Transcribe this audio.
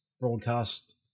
broadcast